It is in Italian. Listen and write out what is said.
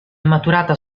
maturata